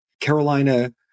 Carolina